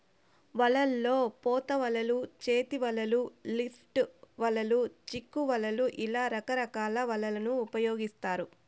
వలల్లో పోత వలలు, చేతి వలలు, లిఫ్ట్ వలలు, చిక్కు వలలు ఇలా రకరకాల వలలను ఉపయోగిత్తారు